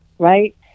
Right